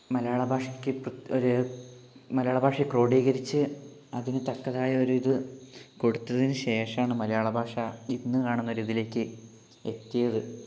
മലയാള ഭാഷയ്ക്ക് ഒരു മലയാള ഭാഷയെ ക്രോഡീകരിച്ച് അതിന് തക്കതായ ഒരു ഇത് കൊടുത്തത്തിന് ശേഷമാണ് മലയാള ഭാഷ ഇന്ന് കാണുന്ന രീതിയിലേക്ക് എത്തിയത്